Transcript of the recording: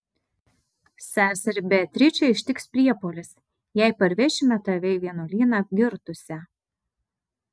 seserį beatričę ištiks priepuolis jei parvešime tave į vienuolyną apgirtusią